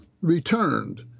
returned